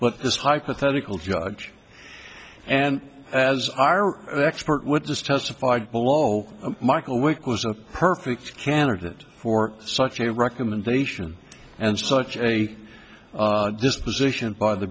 but this hypothetical judge and as our expert witness testified below michael wick was a perfect candidate for such a recommendation and such a disposition by the